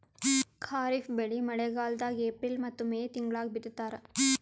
ಖಾರಿಫ್ ಬೆಳಿ ಮಳಿಗಾಲದಾಗ ಏಪ್ರಿಲ್ ಮತ್ತು ಮೇ ತಿಂಗಳಾಗ ಬಿತ್ತತಾರ